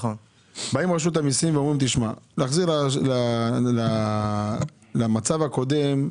באים רשות המיסים ואומרים שלהחזיר למצב הקודם הם